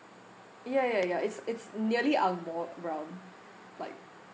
ya ya ya it's it's nearly angmoh brown like